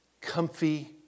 comfy